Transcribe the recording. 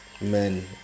men